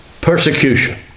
persecution